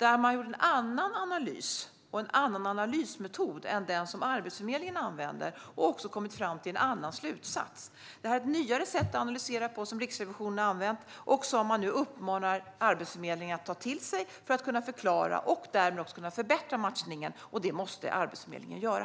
Man gör en annan analys och använder en annan analysmetod än den som Arbetsförmedlingen använder, och man har kommit fram till en annan slutsats. Det är ett nyare sätt att analysera på som Riksrevisionen har använt, och man uppmanar Arbetsförmedlingen att ta till sig den metoden för att kunna förklara och förbättra matchningen. Det måste Arbetsförmedlingen göra.